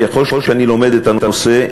ככל שאני לומד את הנושא,